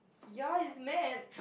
ya he's met